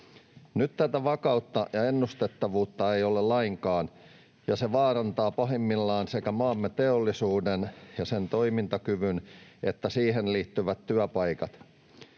Nyt tätä vakautta ja ennustettavuutta ei ole lainkaan, ja se vaarantaa pahimmillaan sekä maamme teollisuuden ja sen toimintakyvyn että siihen liittyvät työpaikat.